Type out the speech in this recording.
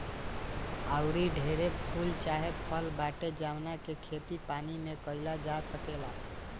आऊरी ढेरे फूल चाहे फल बाटे जावना के खेती पानी में काईल जा सकेला